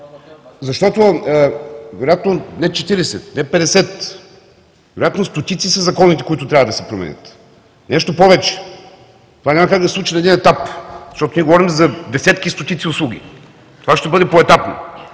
защото не 40, не 50, вероятно стотици са законите, които трябва да се променят. Нещо повече, това няма как да се случи на един етап, защото ние говорим за десетки и стотици услуги. Това ще бъде поетапно,